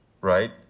right